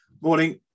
morning